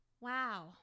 Wow